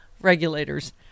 regulators